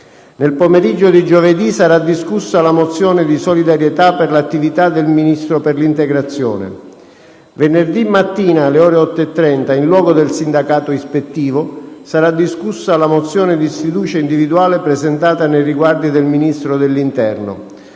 Nel pomeriggio di giovedì sarà discussa la mozione di solidarietà per l'attività del Ministro per l'integrazione. Venerdì mattina, alle ore 8,30, in luogo del sindacato ispettivo, sarà discussa la mozione di sfiducia individuale presentata nei riguardi del Ministro dell'interno.